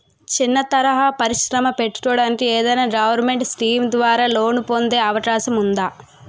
చిన్న తరహా పరిశ్రమ పెట్టుకోటానికి ఏదైనా గవర్నమెంట్ స్కీం ద్వారా లోన్ పొందే అవకాశం ఉందా?